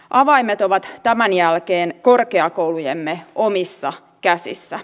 avaimet ovat tämän jälkeen korkeakoulujemme omissa käsissä